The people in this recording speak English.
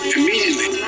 Immediately